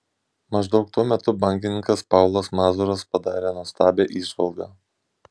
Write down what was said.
maždaug tuo metu bankininkas paulas mazuras padarė nuostabią įžvalgą